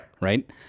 Right